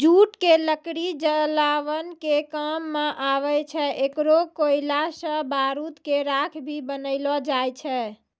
jute के लकड़ी जलावन के काम मॅ आवै छै, एकरो कोयला सॅ बारूद के राख भी बनैलो जाय छै